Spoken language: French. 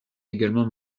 également